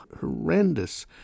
horrendous